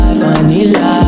vanilla